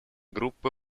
группы